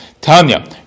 Tanya